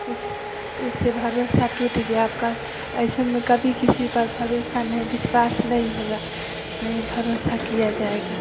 इससे भरोसा टूट गया आपका ऐसे में कभी किसी पर भरोसा नहीं नहीं होगा नहीं भरोसा किया जायेगा